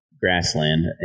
grassland